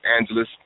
Angeles